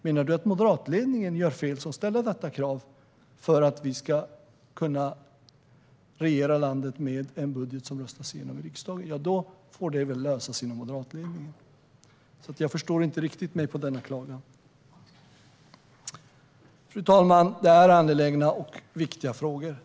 Menar du att moderatledningen gör fel som ställer detta krav för att vi ska kunna regera landet med en budget som röstas igenom i riksdagen får du väl lösa det med moderatledningen. Jag förstår inte riktigt denna klagan. Fru talman! Detta är angelägna och viktiga frågor.